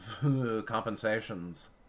compensations